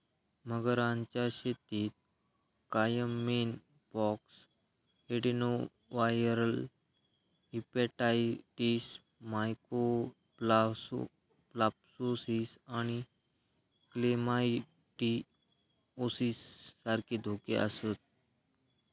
मगरांच्या शेतीत caiman pox, adenoviral hepatitis, mycoplasmosis आणि क्लेमायडिओसिस सारखे धोके आसतत